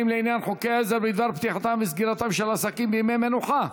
לעניין חוקי עזר בדבר פתיחתם וסגירתם של עסקים בימי מנוחה),